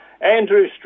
Andrew